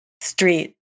street